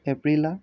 এপ্ৰিলা